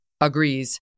agrees